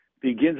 begins